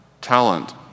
Talent